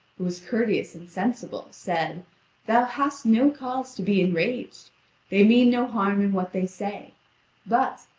who was courteous and sensible, said thou hast no cause to be enraged they mean no harm in what they say but,